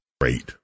great